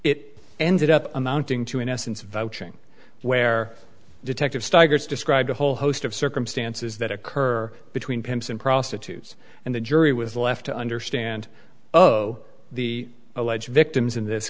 it ended up amounting to in essence vouching where detective steiger's described a whole host of circumstances that occur between pimps and prostitutes and the jury was left to understand oh the alleged victims in this